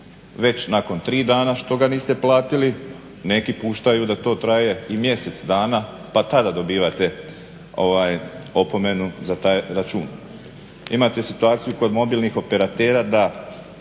već nakon tri dana što ga niste platili, neki puštaju da to traje i mjesec dana pa tada dobivate opomenu za taj račun. Imate situaciju kod mobilnih operatera da